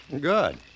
Good